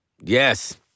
Yes